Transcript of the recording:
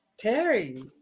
Terry